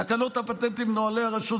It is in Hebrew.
תקנות הפטנטים (נוהלי הרשות,